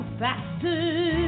faster